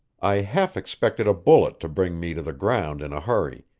i half-expected a bullet to bring me to the ground in a hurry,